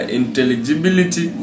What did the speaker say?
intelligibility